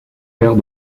père